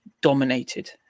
dominated